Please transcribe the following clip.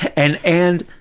and and,